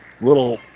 Little